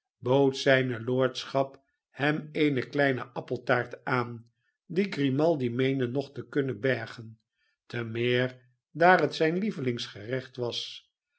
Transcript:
bood zijne lordschap hem eene kleine appeltaart aan die grimaldi meende nog te kunnen bergen te meer daar het zijn lievelingsgerecht was